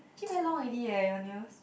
actually very long already eh your nails